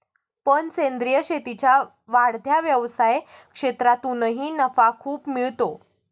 पण सेंद्रीय शेतीच्या वाढत्या व्यवसाय क्षेत्रातूनही नफा खूप मिळतो